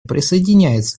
присоединяется